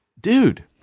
dude